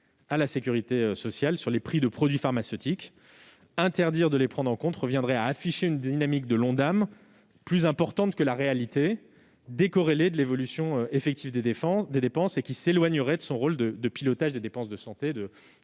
à la sécurité sociale sur les prix de produits pharmaceutiques. Interdire de les prendre en compte reviendrait à afficher une dynamique de l'Ondam plus importante que la réalité, décorrélée de l'évolution effective des dépenses, et qui s'éloignerait de son rôle de pilotage des dépenses de santé et